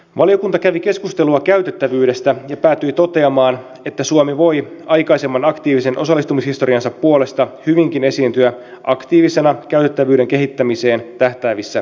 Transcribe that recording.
valiokunta kävi keskustelua käytettävyydestä ja päätyi toteamaan että suomi voi aikaisemman aktiivisen osallistumishistoriansa puolesta hyvinkin esiintyä aktiivisena käytettävyyden kehittämiseen tähtäävissä keskusteluissa